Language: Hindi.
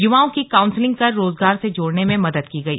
युवाओं की काउंसिलिंग कर रोजगार से जोड़ने में मदद कि गई